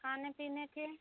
खाने पीने की